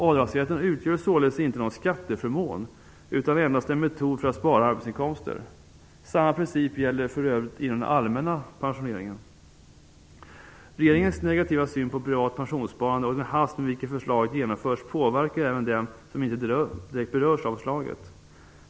Avdragsrätten utgör således inte någon skatteförmån, utan är endast en metod för att spara arbetsinkomster. Samma princip gäller för övrigt inom den allmänna pensioneringen. Regeringens negativa syn på privat pensionssparande och den hast med vilket förslaget genomförs påverkar även den som inte direkt berörs av förslaget.